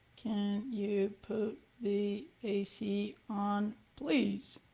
can you put the ac on, please?